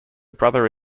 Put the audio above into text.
brother